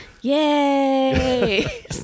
Yay